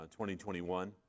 2021